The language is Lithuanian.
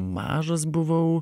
mažas buvau